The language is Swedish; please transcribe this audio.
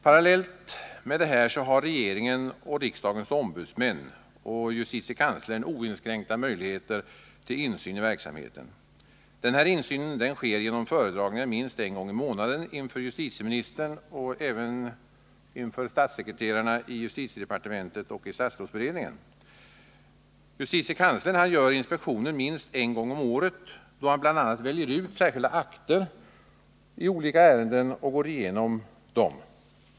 Parallellt med det här har regeringen och riksdagens ombudsmän och justitiekanslern oinskränkta möjligheter till insyn i verksamheten. Den här insynen sker genom föredragningar minst en gång i månaden inför justitieministern och statssekreterarna i justitiedepartementet och statsrådsberedningen. Justitiekanslern gör inspektioner minst en gång om året då han bl.a. väljer ut särskilda akter i olika ärenden och går igenom dem.